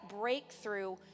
breakthrough